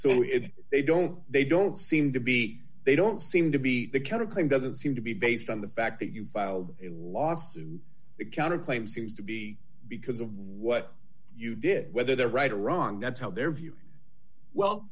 if they don't they don't seem to be they don't seem to be the kind of thing doesn't seem to be based on the fact that you filed a lawsuit the counter claim seems to be because of what you did whether they're right or wrong that's how they're viewing well